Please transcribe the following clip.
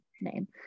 name